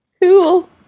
Cool